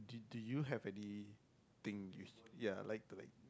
do do you have anything yeah like to like